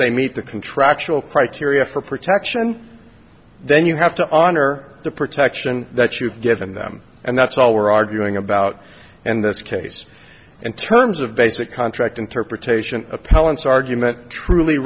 they meet the contractual criteria for protection then you have to honor the protection that you've given them and that's all we're arguing about and this case in terms of basic contract interpretation appellant's argument truly